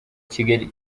kigali